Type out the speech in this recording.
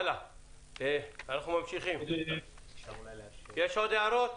יש עוד הערות?